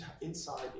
inside